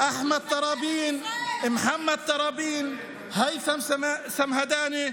שמות של מחבלים בכנסת ישראל.